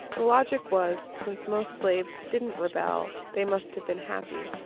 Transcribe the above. the logic was since most slaves didn't rebel, they must have been happy.